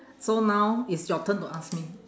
so now it's your turn to ask me